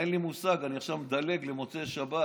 אין לי מושג, אני עכשיו מדלג למוצאי שבת.